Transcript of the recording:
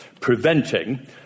preventing